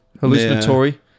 hallucinatory